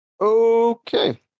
Okay